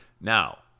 Now